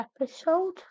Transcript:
episode